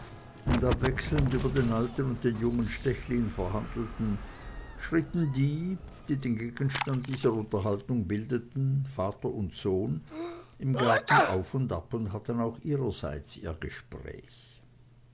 und abwechselnd über den alten und den jungen stechlin verhandelten schritten die die den gegenstand dieser unterhaltung bildeten vater und sohn im garten auf und ab und hatten auch ihrerseits ihr gespräch